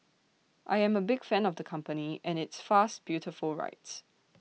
I am A big fan of the company and its fast beautiful rides